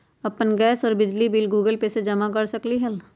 अपन गैस और बिजली के बिल गूगल पे से जमा कर सकलीहल?